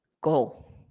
goal